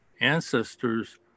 ancestors